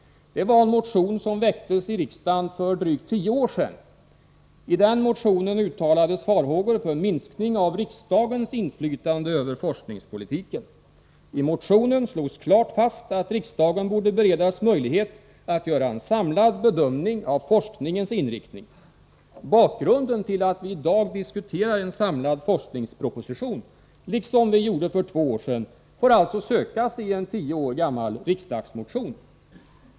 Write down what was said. I en motion som väcktes i riksdagen för drygt tio år sedan uttalades farhågor för minskning av riksdagens inflytande över forskningspolitiken. I motionen slogs klart fast att riksdagen borde beredas möjlighet att göra en samlad bedömning av forskningens inriktning. Bakgrunden till att vi i dag diskuterar en samlad forskningsproposition, liksom vi gjorde för två år sedan, får alltså sökas i en tio år gammal riksdagsmotion.